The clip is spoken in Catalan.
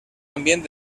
ambient